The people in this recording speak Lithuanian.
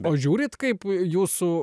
o žiūrit kaip jūsų